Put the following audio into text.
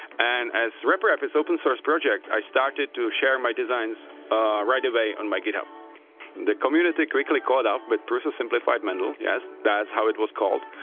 and as reprap is an open-source project, i started to share my designs right away on my github the community quickly caught up with prusa simplified mendel, yes, that's how it was called,